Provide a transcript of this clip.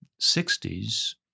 60s